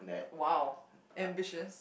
!wow! ambitious